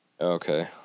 Okay